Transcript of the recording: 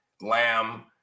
Lamb